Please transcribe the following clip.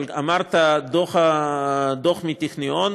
אבל אמרת: הדוח מהטכניון,